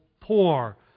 poor